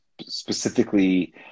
specifically